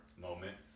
moment